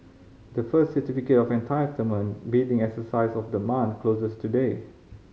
the first Certificate of Entitlement bidding exercise of the month closes today